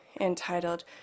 entitled